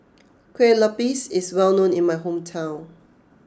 Kue Lupis is well known in my hometown